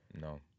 No